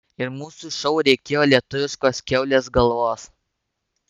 ir mūsų šou reikėjo lietuviškos kiaulės galvos